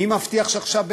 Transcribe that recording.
מי מבטיח שעכשיו,